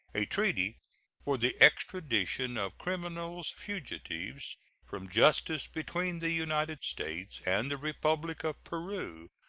a treaty for the extradition of criminals fugitives from justice between the united states and the republic of peru,